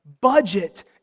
budget